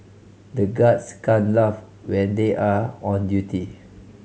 the guards can't laugh when they are on duty